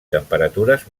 temperatures